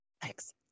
Thanks